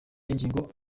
ingingo